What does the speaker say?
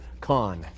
con